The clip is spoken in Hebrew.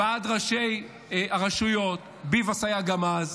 ועד ראשי הרשויות, ביבס גם היה אז,